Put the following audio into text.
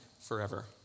forever